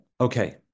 Okay